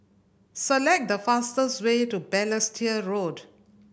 select the fastest way to Balestier Road